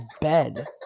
bed